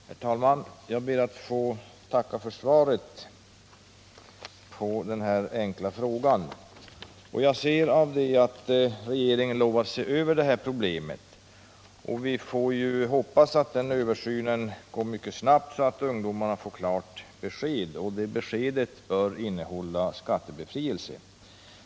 Herr talman! Jag ber att få tacka för svaret på den här frågan. Jag ser av svaret att regeringen lovar se över det här problemet. Vi får hoppas att den översynen sker snabbt, så att ungdomarna snart får ett klart besked. För det beskedet bör vara skattebefrielse.